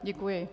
Děkuji.